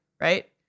right